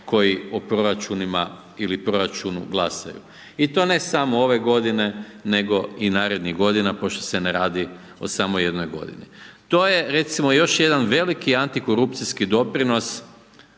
koji o proračunima i li proračunu glasaju. I to ne samo ove godine nego i narodnih godina, pošto se ne radi o samo jednoj godini. To je recimo još jedan veliki antikorupcijski doprinos